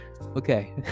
okay